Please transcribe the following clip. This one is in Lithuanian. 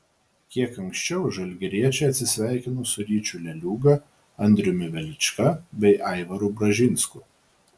kiek anksčiau žalgiriečiai atsisveikino su ryčiu leliūga andriumi velička bei aivaru bražinsku